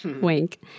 wink